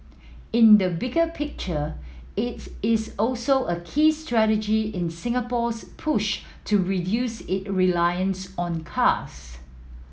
in the bigger picture it's is also a key strategy in Singapore's push to reduce it reliance on cars